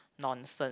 nonsense